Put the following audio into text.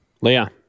Leah